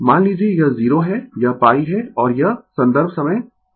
Refer Slide Time 2416 मान लीजिए यह 0 है यह π है और यह संदर्भ समय 2422 यह 2π है